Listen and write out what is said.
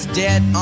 dead